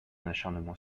acharnement